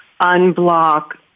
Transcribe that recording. unblock